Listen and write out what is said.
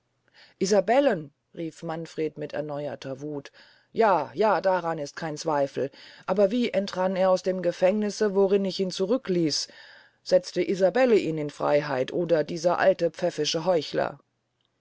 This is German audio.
isabellen rief manfred mit erneuerter wuth ja ja daran ist kein zweifel aber wie entrann er aus dem gefängnisse worin ich ihn zurückließ setzte isabelle ihn in freiheit oder dieser alte pfäffische heuchler